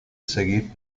seguir